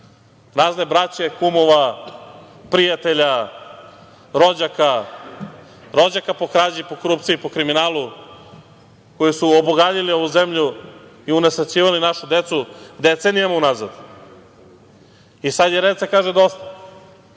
razne braće, kumova, prijatelja, rođaka, rođaka po krađi, po korupciji, po kriminalu koji su obogaljili ovu zemlju i unesrećivali našu decu decenijama unazad i sad je red da se kaže dosta.